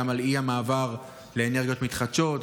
גם על האי-מעבר לאנרגיות מתחדשות,